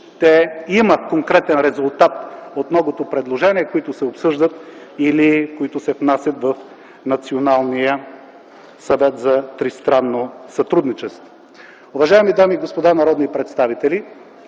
има конкретен резултат от многото предложения, които се обсъждат или които се внасят в Националния съвет за тристранно сътрудничество. Уважаеми дами и господа народни представители,